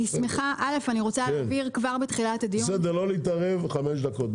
בסדר, לא להתערב חמש דקות.